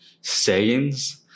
sayings